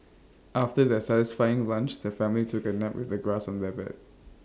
after their satisfying lunch the family took A nap with the grass on their bed